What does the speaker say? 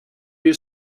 your